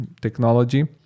technology